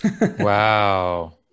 Wow